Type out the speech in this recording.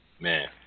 man